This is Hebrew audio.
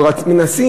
מנסים,